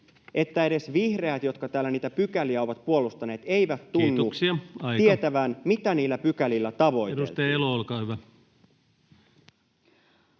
että edes vihreät, jotka täällä niitä pykäliä ovat puolustaneet, eivät tunnu tietävän, [Puhemies: Kiitoksia, aika!] mitä niillä pykälillä tavoitellaan. Edustaja Elo, olkaa hyvä.